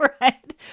right